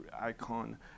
icon